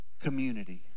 community